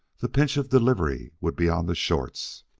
the pinch of delivery would be on the shorts.